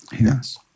Yes